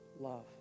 love